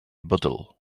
bottle